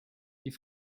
die